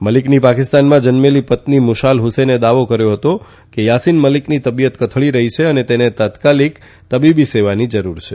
મલીકની પાકિસ્તાનમાં જન્મેલી પત્ની મુશાલ ફસેને દાવો કર્થો હતો કે થાસીન મલીકની તબીયત કથળી રહી છે અને તેને તત્કાળ તબીબ સેવાની જરૂર છે